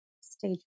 stage